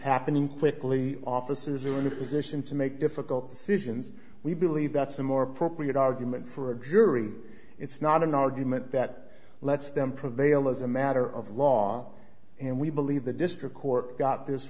happening quickly offices are in a position to make difficult decisions we believe that's a more appropriate argument for a jury it's not an argument that lets them prevail as a matter of law and we believe the district court got this